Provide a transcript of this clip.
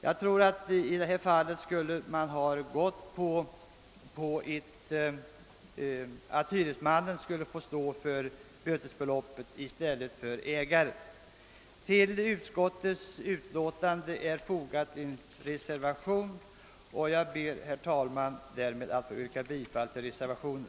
Jag tror att man i detta fall borde ha stadgat att hyresmannen i stället för ägaren skall stå för bötesbeloppet. Herr talman! Jag ber att få yrka bifall till den vid utskottets utlåtande fogade reservationen.